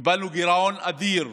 0%; קיבלנו גירעון אדיר,